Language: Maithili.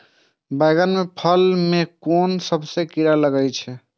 बैंगन के फल में कुन सब कीरा लगै छै यो?